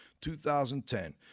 2010